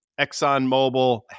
ExxonMobil